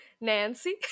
Nancy